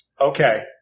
okay